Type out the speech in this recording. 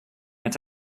met